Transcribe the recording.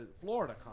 Florida